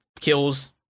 kills